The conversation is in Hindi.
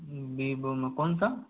वीवो में कौन सा